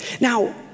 Now